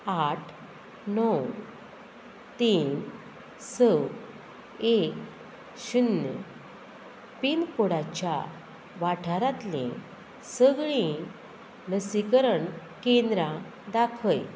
आठ णव तीन स एक शुन्य पिनकोडाच्या वाठारांतलीं सगळीं लसीकरण केंद्रां दाखय